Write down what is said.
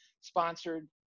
sponsored